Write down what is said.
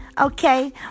Okay